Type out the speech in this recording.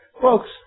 Folks